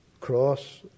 cross